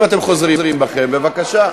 אם אתם חוזרים בכם, בבקשה.